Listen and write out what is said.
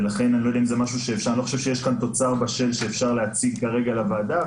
ולכן אני לא חושב שיש כאן תוצר בשל שאפשר להציג כרגע לוועדה,